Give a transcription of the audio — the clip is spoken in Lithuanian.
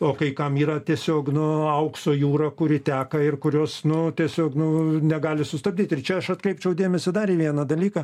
o kai kam yra tiesiog nu aukso jūra kuri teka ir kurios nu tiesiog nu negali sustabdyt ir čia aš atkreipčiau dėmesį dar į vieną dalyką